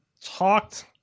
talked